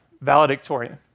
valedictorian